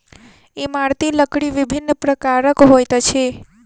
इमारती लकड़ी विभिन्न प्रकारक होइत अछि